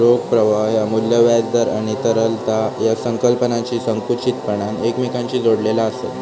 रोख प्रवाह ह्या मू्ल्य, व्याज दर आणि तरलता या संकल्पनांशी संकुचितपणान एकमेकांशी जोडलेला आसत